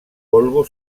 polvo